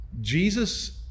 Jesus